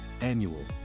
Annual